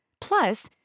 Plus